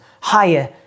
higher